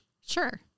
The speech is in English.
Sure